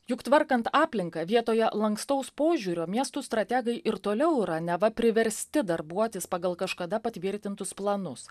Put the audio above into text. juk tvarkant aplinką vietoje lankstaus požiūrio miestų strategai ir toliau yra neva priversti darbuotis pagal kažkada patvirtintus planus